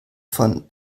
von